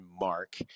Mark